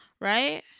Right